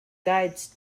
guides